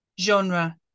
genre